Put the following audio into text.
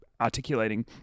articulating